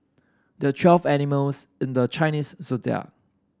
there are twelve animals in the Chinese Zodiac